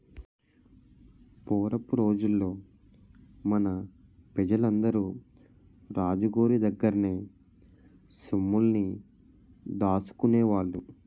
పూరపు రోజుల్లో మన పెజలందరూ రాజు గోరి దగ్గర్నే సొమ్ముల్ని దాసుకునేవాళ్ళు